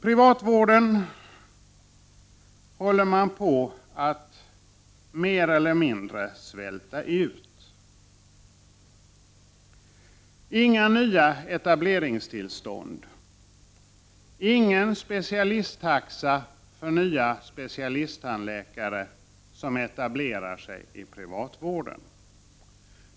Privatvården håller man på att mer eller mindre svälta ut: inga nya etableringstillstånd och ingen specialisttaxa för nya specialisttandläkare som etablerar sig i privatvården.